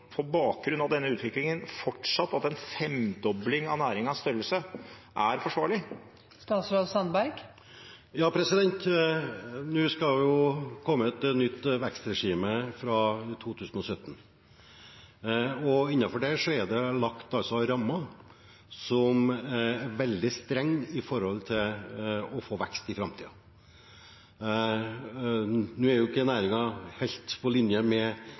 på bakgrunn av denne utviklingen fortsatt at en femdobling av næringens størrelse er forsvarlig? Nå skal det komme et nytt vekstregime fra 2017, og innenfor det er det lagt rammer som er veldig strenge med hensyn til å få vekst i framtiden. Nå er ikke næringen helt på linje med